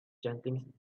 chanting